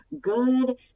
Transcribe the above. good